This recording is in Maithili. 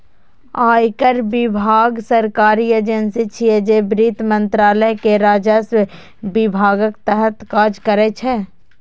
आयकर विभाग सरकारी एजेंसी छियै, जे वित्त मंत्रालय के राजस्व विभागक तहत काज करै छै